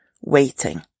waiting